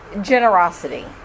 generosity